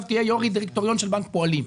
תהיה יושבת ראש דירקטוריון בנק הפועלים,